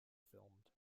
filmed